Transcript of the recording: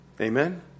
Amen